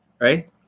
right